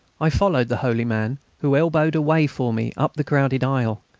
i followed the holy man, who elbowed a way for me up the crowded aisle.